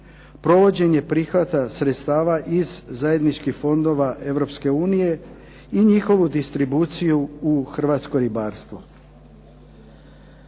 provođenje prihvata sredstava iz zajedničkih fondova Europske unije i njihovu distribuciju u Hrvatsko ribarstvo.